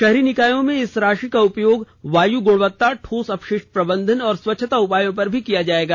शहरी निकायों में इस राशि का उपयोग वायू ग्रणवत्ता ठोस अपशिष्ट प्रबंधन और स्वच्छता उपायों पर भी किया जाएगा